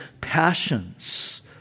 passions